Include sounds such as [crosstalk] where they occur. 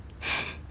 [laughs]